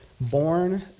Born